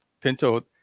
Pinto